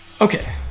Okay